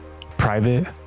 private